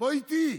בוא איתי,